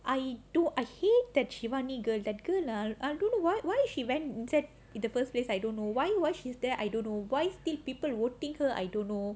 I do I hate that shivani girl that girl lah I don't know why why she went inside the first place I don't know why why she's there I don't know why still people voting her I don't know